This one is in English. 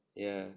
ya